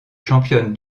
championne